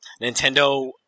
Nintendo